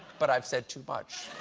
but i've said too much.